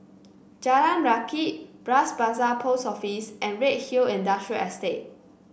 Jalan Rakit Bras Basah Post Office and Redhill Industrial Estate